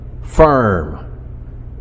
firm